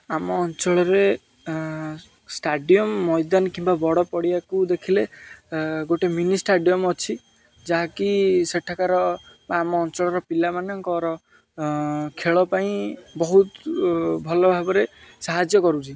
ଆମ ଅଞ୍ଚଳରେ ଷ୍ଟାଡ଼ିୟମ୍ ମଇଦାନ କିମ୍ବା ବଡ଼ ପଡ଼ିଆକୁ ଦେଖିଲେ ଗୋଟେ ମିନି ଷ୍ଟାଡ଼ିୟମ୍ ଅଛି ଯାହାକି ସେଠାକାର ବା ଆମ ଅଞ୍ଚଳର ପିଲାମାନଙ୍କର ଖେଳ ପାଇଁ ବହୁତ ଭଲ ଭାବରେ ସାହାଯ୍ୟ କରୁଛି